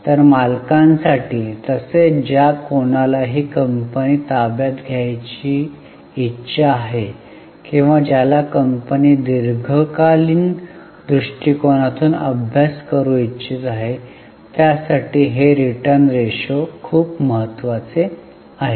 तर मालकांसाठी तसेच ज्या कोणालाही कंपनी ताब्यात घ्यायची इच्छा आहे किंवा ज्याला कंपनी दीर्घकालीन दृष्टिकोनातून अभ्यास करू इच्छित आहे त्यांच्यासाठी हे रिटर्न रेशो खूप महत्वाचे आहेत